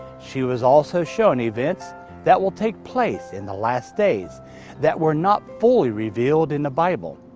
she was also shown events that will take place in the last days that were not fully revealed in the bible.